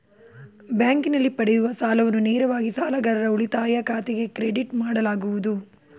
ಬ್ಯಾಂಕಿನಲ್ಲಿ ಪಡೆಯುವ ಸಾಲವನ್ನು ನೇರವಾಗಿ ಸಾಲಗಾರರ ಉಳಿತಾಯ ಖಾತೆಗೆ ಕ್ರೆಡಿಟ್ ಮಾಡಲಾಗುವುದು